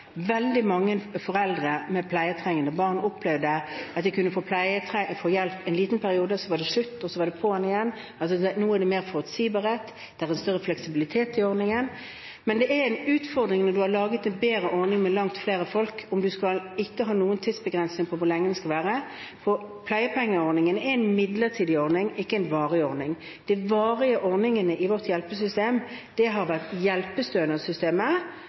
Veldig mange foreldre med pleietrengende barn opplevde at de kunne få hjelp en liten periode, så var det slutt, og så var det «på’an igjen». Nå er det mer forutsigbarhet. Det er større fleksibilitet i ordningen. Men det er en utfordring når man har laget en bedre ordning, for langt flere mennesker – at man ikke skal ha noen tidsbegrensning for hvor lenge den skal vare. For pleiepengeordningen er en midlertidig ordning, ikke en varig ordning. De varige ordningene i vårt hjelpesystem har vært